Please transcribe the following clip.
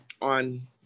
on